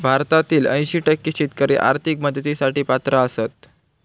भारतातील ऐंशी टक्के शेतकरी आर्थिक मदतीसाठी पात्र आसत